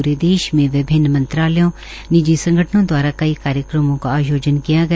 pray देश में विभिन्न मंत्रालयों निजी संगठनों दवारा कई कार्यक्रमों का आयोजन किया गया